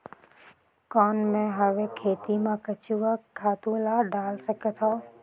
कौन मैं हवे खेती मा केचुआ खातु ला डाल सकत हवो?